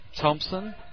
Thompson